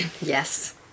Yes